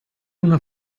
una